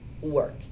work